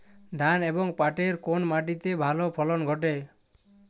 ধান এবং পাটের কোন মাটি তে ভালো ফলন ঘটে?